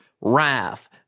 wrath